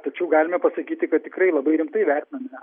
tačiau galime pasakyti kad tikrai labai rimtai vertiname